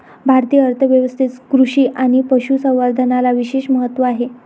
भारतीय अर्थ व्यवस्थेत कृषी आणि पशु संवर्धनाला विशेष महत्त्व आहे